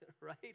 right